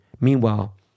Meanwhile